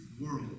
world